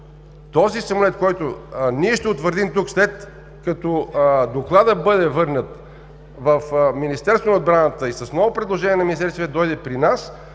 този самолет, който ние ще утвърдим тук, след като Докладът бъде върнат в Министерството на отбраната и с ново предложение на Министерския съвет дойде при нас,